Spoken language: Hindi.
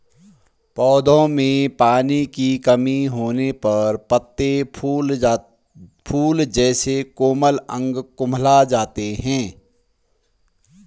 पौधों में पानी की कमी होने पर पत्ते, फूल जैसे कोमल अंग कुम्हला जाते हैं